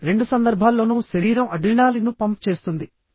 ఇప్పుడు రెండు సందర్భాల్లోనూ శరీరం అడ్రినాలిన్ను పంప్ చేస్తుంది